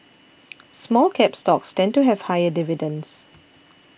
Small Cap stocks tend to have higher dividends